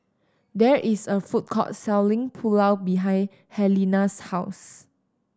there is a food court selling Pulao behind Helena's house